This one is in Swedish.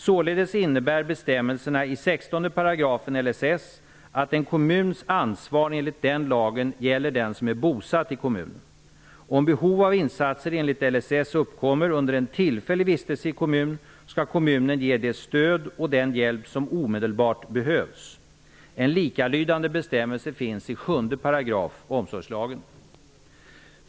Således innebär bestämmelserna i 16 § LSS att en kommuns ansvar enligt den lagen gäller den som är bosatt i kommunen. Om behov av insatser enligt LSS uppkommer under en tillfällig vistelse i en kommun skall kommunen ge det stöd och den hjälp som omedelbart behövs. En likalydande bestämmelse fanns i 7 § omsorgslagen.